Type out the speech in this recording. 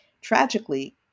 tragically